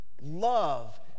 Love